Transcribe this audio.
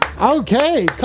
Okay